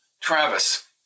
Travis